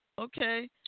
Okay